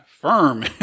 firm